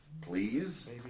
Please